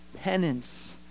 penance